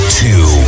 two